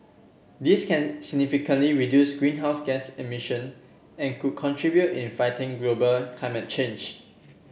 this can significantly reduce greenhouse gas emission and could contribute in fighting global climate change